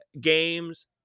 games